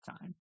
time